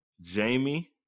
Jamie